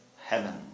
heaven